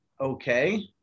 okay